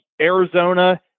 Arizona